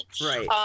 right